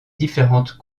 différentes